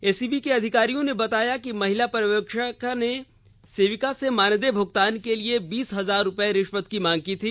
ACB के अधिकारियों ने बताया कि महिला पर्यवेक्षिका ने सेविका से मानदेय भूगतान के लिए बीस हजार रुपये रिश्वत की मांग की थी